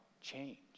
change